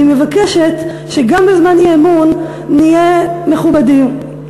אני מבקשת שגם בזמן אי-אמון נהיה מכובדים,